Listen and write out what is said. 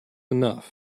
enough